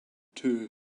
two